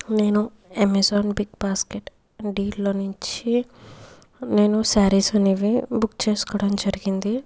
నేను Amazon Big Basket డీల్లో నుంచి నేను సారీస్ అనేవి బుక్ చేసుకోవడం జరిగింది